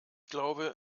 glaube